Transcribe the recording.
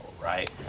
right